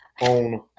on